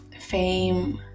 fame